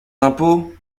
impôts